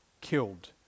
killed